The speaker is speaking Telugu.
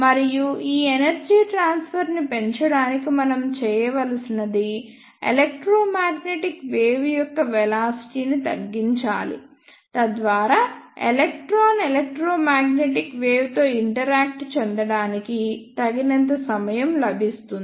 మరియు ఈ ఎనర్జీ ట్రాన్ఫర్ ని పెంచడానికి మనం చేయవలసినది ఎలెక్ట్రోమాగ్నెటిక్ వేవ్ యొక్క వెలాసిటీ ని తగ్గించాలి తద్వారా ఎలక్ట్రాన్ ఎలెక్ట్రోమాగ్నెటిక్ వేవ్ తో ఇంటరాక్ట్ చెందడానికి తగినంత సమయం లభిస్తుంది